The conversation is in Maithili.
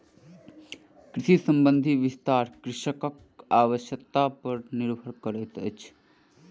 कृषि संबंधी विस्तार कृषकक आवश्यता पर निर्भर करैतअछि